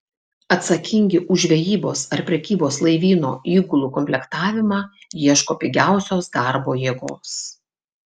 atsakingi už žvejybos ar prekybos laivyno įgulų komplektavimą ieško pigiausios darbo jėgos